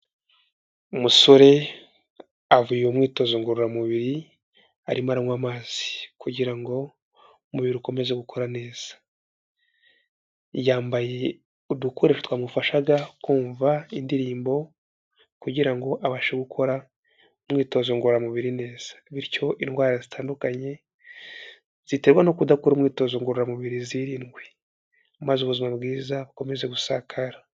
Umusore avuye mu mwitozo ngororamubiri, arimo anywa amazi kugira ngo umubiri ukomeze gukora neza, yambaye udukoresho twamufashaga kumva indirimbo kugira ngo abashe gukora imyitozo ngororamubiri neza bityo indwara zitandukanye ziterwa no kudakora imyitozo ngororamubiri zirindwe maze ubuzima bwiza bukome gusakara.